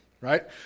right